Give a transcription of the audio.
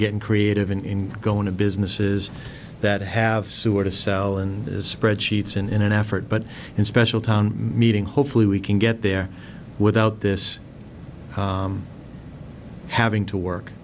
getting creative in going to businesses that have sewer to sell and spreadsheets and in an effort but in special town meeting hopefully we can get there without this having to work